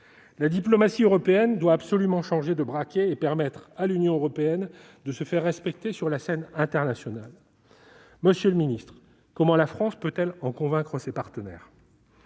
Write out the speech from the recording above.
La diplomatie européenne doit absolument changer de braquet et permettre à l'Union européenne de se faire respecter sur la scène internationale. Comment la France peut-elle en convaincre ses partenaires ?